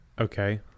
Okay